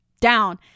down